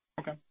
Okay